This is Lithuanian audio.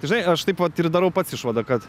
tai žinai aš taip vat ir darau pats išvadą kad